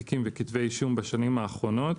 תיקים וכתבי אישום בשנים האחרונות.